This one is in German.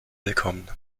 willkommen